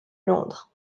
londres